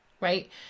right